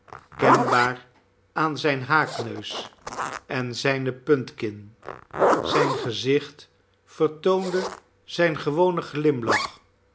kenbaar aan zijn haakneus en zijne puntkin zijn gezicht vertoonde zijn gewonen glimlach